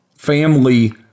Family